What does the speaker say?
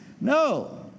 No